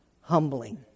humbling